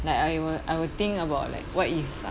like I will I will think about like what if